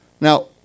Now